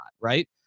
Right